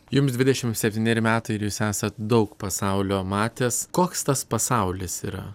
jums dvidešim septyneri metai ir jūs esat daug pasaulio matęs koks tas pasaulis yra